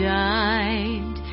died